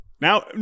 now